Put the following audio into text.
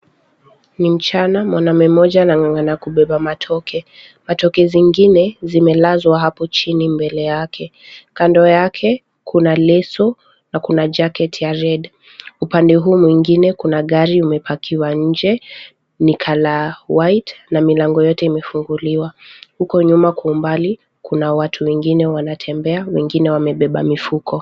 Ni mchana, mwanaume mmoja anang'ang'ana kubeba matoke. Matoke zingine zimelazwa hapo chini mbele yake. Kando yake kuna leso na kuna jacket ya red . Upande huu mwingine kuna gari limepakwa nnje. Ni colour White na milango yote imefunguliwa. Huku nyuma kwa umbali watu wengine wanatembea wengine wamebeba mifuko.